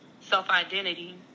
self-identity